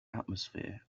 atmosphere